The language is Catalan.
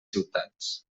ciutats